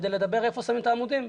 כדי לדבר איפה שמים את העמודים.